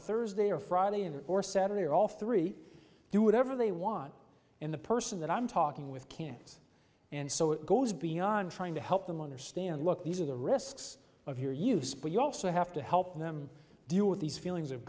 a thursday or friday and or saturday or all three do whatever they want in the person that i'm talking with cancer and so it goes beyond trying to help them understand look these are the risks of your use but you also have to help them deal with these feelings of